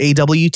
awt